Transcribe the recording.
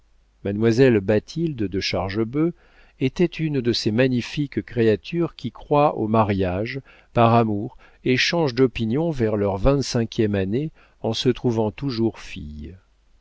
mademoiselle bathilde de chargebœuf était une de ces magnifiques créatures qui croient aux mariages par amour et changent d'opinion vers leur vingt-cinquième année en se trouvant toujours filles